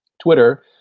Twitter